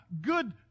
good